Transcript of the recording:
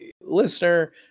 listener